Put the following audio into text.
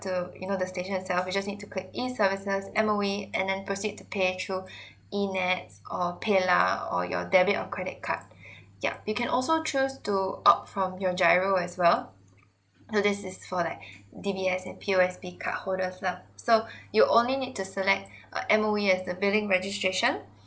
to you know the stations itself you just need to click e services M_O_E and then proceed to pay through e nets or pay lah or your debit or credit card yeah you can also choose to go opt from your giro as well so this is for like D B S and P O S P card holders lah so you only need to say like uh M_O_E as the billing registration